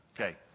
Okay